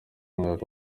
mwaka